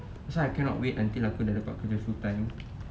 that's why I cannot wait until aku dah dapat kerja full time